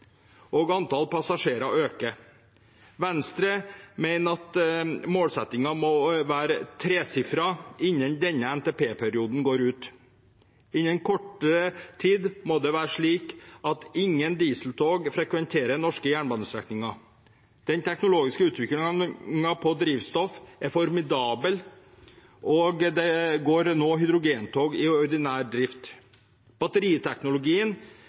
og antall passasjerer øker. Venstre mener at målsettingen må være tresifret innen denne NTP-perioden går ut. Innen kort tid må det være slik at ingen dieseltog frekventerer norske jernbanestrekninger. Den teknologiske utviklingen på drivstoff er formidabel, og det går nå hydrogentog i ordinær drift. Batteriteknologien